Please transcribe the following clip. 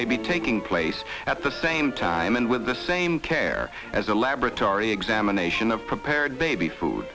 may be taking place at the same time and with the same care as a laboratory examination of prepared baby food